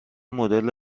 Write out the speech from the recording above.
مدل